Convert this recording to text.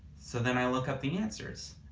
so then i look up the answers,